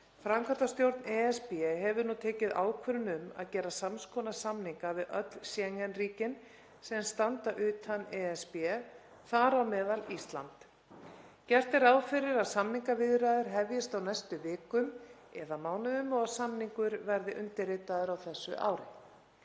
Framkvæmdastjórn ESB hefur nú tekið ákvörðun um að gera sams konar samninga við öll Schengen-ríkin sem standa utan ESB, þar á meðal Ísland. Gert er ráð fyrir að samningaviðræður hefjist á næstu vikum eða mánuðum og að samningur verði undirritaður á þessu ári.